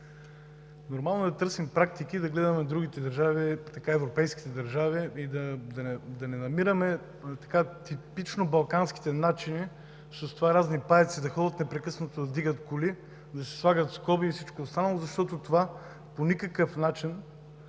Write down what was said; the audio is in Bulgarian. нормално е да търсим практики – да гледаме другите европейски държави, и да не намираме типично балканските начини с това разни паяци да ходят непрекъснато да вдигат коли, да се слагат скоби и всичко останало, защото това по никакъв начин